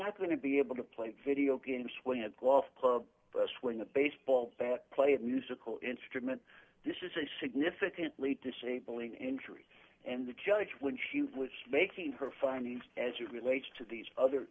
not going to be able to play video games swing a golf club swing a baseball bat play musical instrument this is a significantly disabling injury and the judge when she was making her findings as it relates to these other